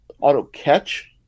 auto-catch